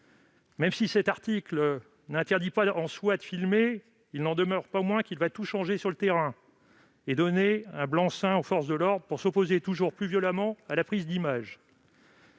Même s'il n'interdit pas en soi de filmer, il n'en demeure pas moins qu'il va tout changer sur le terrain et donner un blanc-seing aux forces de l'ordre pour s'opposer toujours plus violemment à la prise d'images.